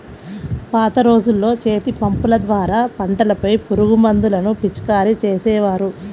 పాత రోజుల్లో చేతిపంపుల ద్వారా పంటలపై పురుగుమందులను పిచికారీ చేసేవారు